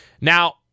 Now